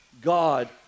God